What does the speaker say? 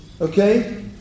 Okay